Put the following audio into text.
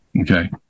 Okay